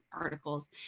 articles